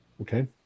Okay